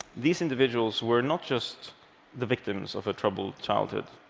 these individuals were not just the victims of a troubled childhood.